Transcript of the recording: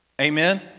Amen